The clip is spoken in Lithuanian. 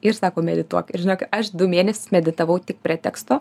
ir sako medituok ir žinok aš du mėnesius meditavau tik prie teksto